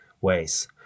ways